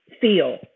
feel